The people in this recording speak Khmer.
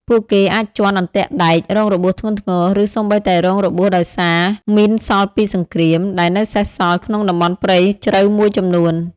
ពួកគេអាចជាន់អន្ទាក់ដែក រងរបួសធ្ងន់ធ្ងរ ឬសូម្បីតែរងរបួសដោយសារ មីនសល់ពីសង្គ្រាម ដែលនៅសេសសល់ក្នុងតំបន់ព្រៃជ្រៅមួយចំនួន។